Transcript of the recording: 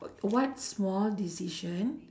wh~ what small decision